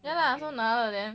ya lah so 拿了 leh